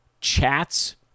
chats